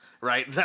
right